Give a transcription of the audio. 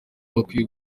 bakwiye